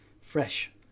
fresh